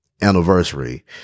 anniversary